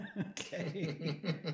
Okay